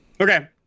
Okay